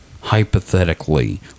hypothetically